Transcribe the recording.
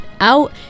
out